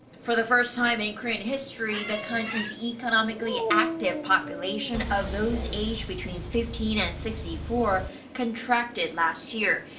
for the first time in korean history the country's economically active population of those aged between fifteen and sixty four contracted last year.